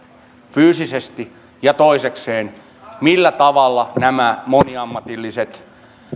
fyysisesti ja toisekseen millä tavalla nämä moniammatilliset